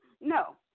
no